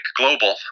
global